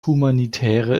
humanitäre